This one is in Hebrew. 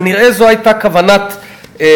כנראה זו הייתה כוונת קודמי,